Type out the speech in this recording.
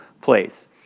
place